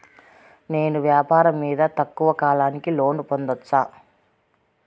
నేను వ్యాపారం మీద తక్కువ కాలానికి లోను పొందొచ్చా?